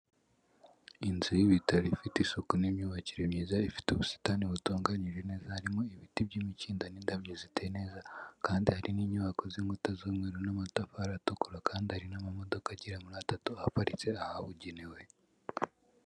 Inzu y'ibitaro ifite isuku n'imyubakire myiza ifite ubusitani butunganyije neza, harimo ibiti by'imikindo n'indabyo ziteye neza kandi hari n'inyubako z'inkuta z'umweru n'amatafari atukura kandi hari n'amamodoka agera muri atatu aparitse ahabugenewe.